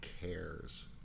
cares